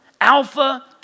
Alpha